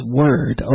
word